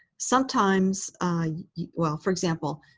sometimes well for example,